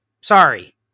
Sorry